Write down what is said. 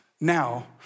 now